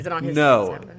no